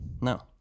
No